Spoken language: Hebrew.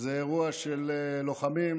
זה אירוע של לוחמים,